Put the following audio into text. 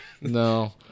no